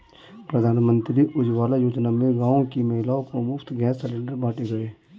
प्रधानमंत्री उज्जवला योजना में गांव की महिलाओं को मुफ्त गैस सिलेंडर बांटे गए